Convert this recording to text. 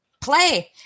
Play